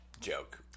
joke